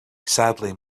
sadly